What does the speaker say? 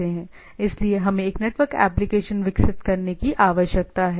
इसलिए हमें एक नेटवर्क एप्लिकेशन विकसित करने की आवश्यकता है